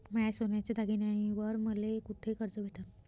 माया सोन्याच्या दागिन्यांइवर मले कुठे कर्ज भेटन?